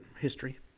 history